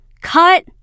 cut